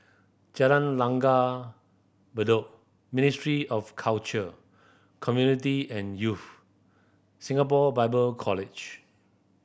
Jalan Langgar Bedok Ministry of Culture Community and Youth Singapore Bible College